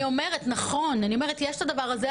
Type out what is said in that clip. אני אומרת נכון, יש את הממד הזה.